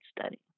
study